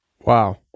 Wow